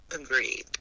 Agreed